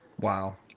wow